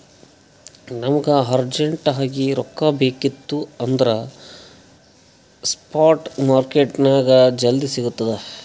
ನಮುಗ ಅರ್ಜೆಂಟ್ ಆಗಿ ರೊಕ್ಕಾ ಬೇಕಿತ್ತು ಅಂದುರ್ ಸ್ಪಾಟ್ ಮಾರ್ಕೆಟ್ನಾಗ್ ಜಲ್ದಿ ಸಿಕ್ತುದ್